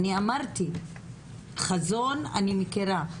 אמרתי, חזון אני מכירה.